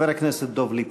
חבר הכנסת דב ליפמן.